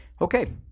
Okay